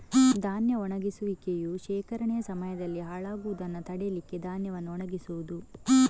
ಧಾನ್ಯ ಒಣಗಿಸುವಿಕೆಯು ಶೇಖರಣೆಯ ಸಮಯದಲ್ಲಿ ಹಾಳಾಗುದನ್ನ ತಡೀಲಿಕ್ಕೆ ಧಾನ್ಯವನ್ನ ಒಣಗಿಸುದು